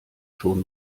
schon